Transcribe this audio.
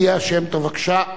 ליה שמטוב, בבקשה,